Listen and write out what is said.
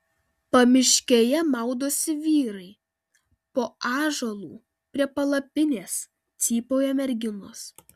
pamiškėje maudosi vyrai po ąžuolu prie palapinės cypauja merginos